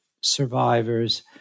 survivors